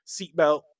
seatbelt